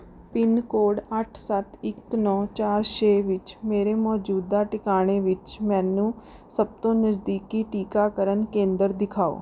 pin code ਅੱਠ ਸੱਤ ਇੱਕ ਨੌਂ ਚਾਰ ਛੇ ਵਿੱਚ ਮੇਰੇ ਮੌਜੂਦਾ ਟਿਕਾਣੇ ਵਿੱਚ ਮੈਨੂੰ ਸਭ ਤੋਂ ਨਜ਼ਦੀਕੀ ਟੀਕਾਕਰਨ ਕੇਂਦਰ ਦਿਖਾਓ